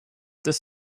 this